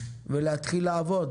ולהתחיל לעבוד.